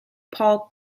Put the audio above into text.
paul